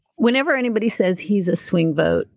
whenever anybody says he's a swing vote,